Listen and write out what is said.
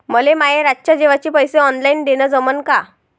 मले माये रातच्या जेवाचे पैसे ऑनलाईन देणं जमन का?